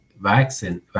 vaccine